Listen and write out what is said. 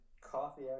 Coffee